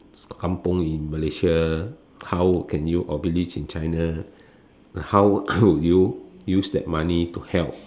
kampung in Malaysia how can you or village in China how could you use that money to help